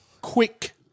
quick